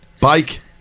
Bike